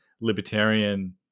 libertarian